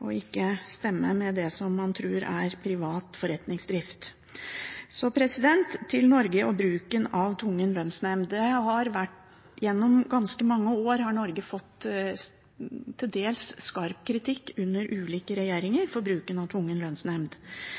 og ikke med det man tror er privat forretningsdrift. Så til Norge og bruken av tvungen lønnsnemnd: Gjennom ganske mange år har Norge fått til dels skarp kritikk under ulike regjeringer for bruken av tvungen lønnsnemnd.